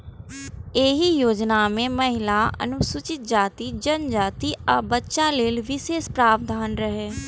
एहि योजना मे महिला, अनुसूचित जाति, जनजाति, आ बच्चा लेल विशेष प्रावधान रहै